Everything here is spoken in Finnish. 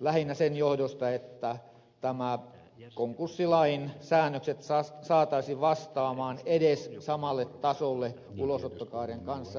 lähinnä sen johdosta että nämä konkurssilain säännökset saataisiin vastaamaan edes samalle tasolle ulosottokaaren kanssa